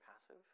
passive